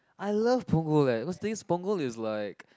I love Punggol leh cause this Punggol is like